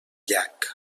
llac